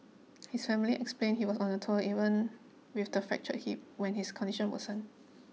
his family explained he was on the tour even with the fractured hip when his condition worsened